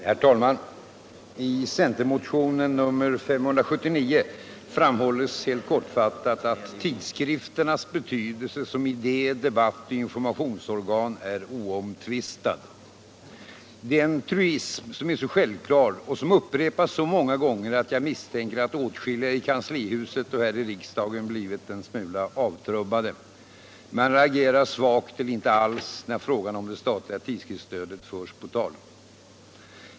Herr talman! I centermotionen 579 framhålles helt kortfattat att ”tidskrifternas betydelse som idé-, debattoch informationsorgan är oomtvistad”. Det är en truism som är så självklar och som upprepats så många gånger att jag misstänker att åtskilliga i kanslihuset och här i riksdagen blivit en smula avtrubbade. Man reagerar svagt eller inte alls, när frågan om det statliga tidskriftsstödet förs på tal.